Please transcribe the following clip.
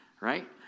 Right